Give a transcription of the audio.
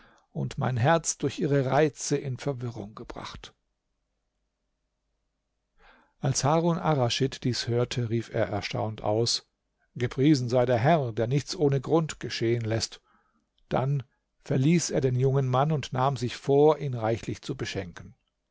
und mein herz durch ihre reize in verwirrung gebracht als harun arraschid dies hörte rief er erstaunt aus gepriesen sei der herr der nichts ohne grund geschehen läßt dann verließ er den jungen mann und nahm sich vor ihn reichlich zu beschenken